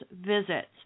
visits